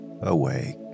awake